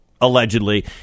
allegedly